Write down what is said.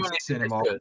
cinema